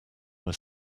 were